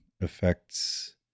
affects